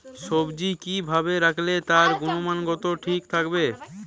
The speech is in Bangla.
সবজি কি ভাবে রাখলে তার গুনগতমান ঠিক থাকবে?